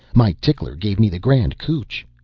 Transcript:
my tickler gave me the grand cootch.